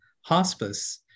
hospice